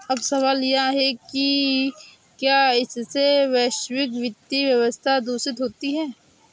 अब सवाल यह है कि क्या इससे वैश्विक वित्तीय व्यवस्था दूषित होती है